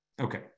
Okay